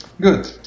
Good